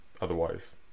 otherwise